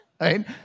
right